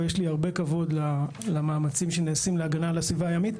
ויש לי הרבה כבוד למאמצים שנעשים להגנה על הסביבה הימית,